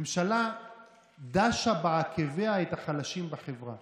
הממשלה דשה בעקביה את החלשים בחברה